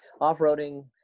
off-roading